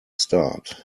start